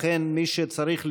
לכן, מי שצריך לנאום,